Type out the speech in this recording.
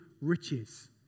riches